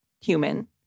human